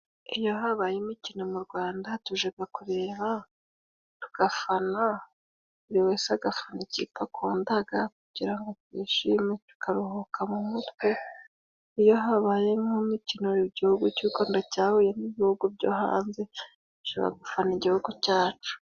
Iyo habaye imokino mu Rwanda tujaga kureba tugafana buri wese agafana ikipe akundaga kugira ngo twishime tukaruhuka mu mutwe iyo habayemo imikino igihugu cy'Urwanda cyahuye n'ibihugu byo hanze dushobora gufana igihugu cyacu.